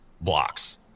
blocks